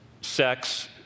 sex